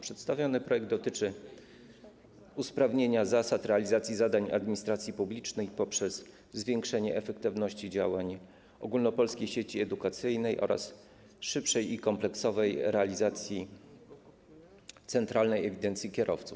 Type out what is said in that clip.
Przedstawiony projekt dotyczy usprawnienia zasad realizacji zadań administracji publicznej poprzez zwiększenie efektywności działań Ogólnopolskiej Sieci Edukacyjnej oraz szybszej i kompleksowej realizacji centralnej ewidencji kierowców.